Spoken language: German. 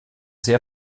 sehr